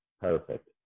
Perfect